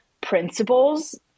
principles